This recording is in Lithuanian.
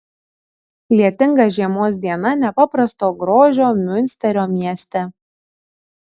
lietinga žiemos diena nepaprasto grožio miunsterio mieste